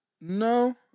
No